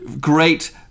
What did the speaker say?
great